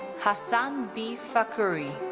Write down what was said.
hassan b. fakhoury.